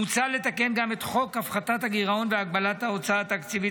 מוצע לתקן גם את חוק הפחתת הגרעון והגבלת ההוצאה התקציבית,